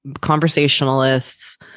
conversationalists